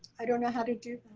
i don't know how to do.